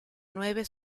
nueve